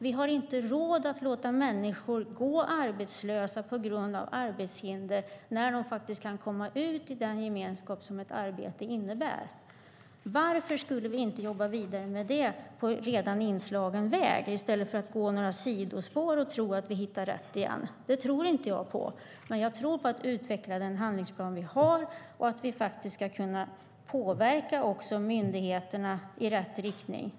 Vi har inte råd att låta människor gå arbetslösa på grund av arbetshinder när de faktiskt kan komma ut i den gemenskap som ett arbete innebär. Varför skulle vi inte jobba vidare med det på en redan inslagen väg i stället för att gå några sidospår och tro att vi hittar rätt igen? Det tror inte jag på, men jag tror på att utveckla den handlingsplan vi har och att vi faktiskt ska kunna påverka också myndigheterna i rätt riktning.